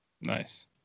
Nice